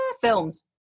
films